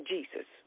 Jesus